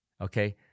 Okay